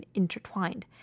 intertwined